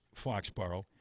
Foxborough